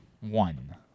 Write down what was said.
One